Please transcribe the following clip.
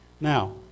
Now